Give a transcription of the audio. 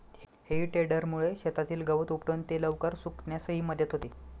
हेई टेडरमुळे शेतातील गवत उपटून ते लवकर सुकण्यासही मदत होते